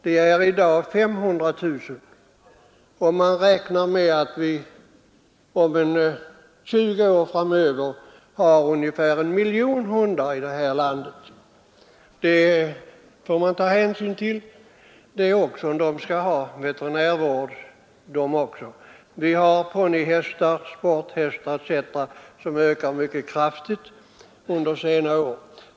Det är i dag uppe i 500 000, och man räknar med att vi om 20 år har ungefär en miljon hundar i detta land. Man får ta hänsyn till att också dessa skall ha veterinärvård. Vi har ponnyhästar, sporthästar etc., vilkas antal också ökat mycket kraftigt under senare år.